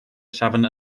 safon